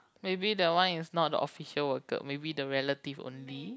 maybe that one is not the official worker maybe the relative only